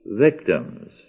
victims